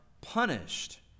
punished